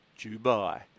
Dubai